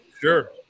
Sure